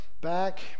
back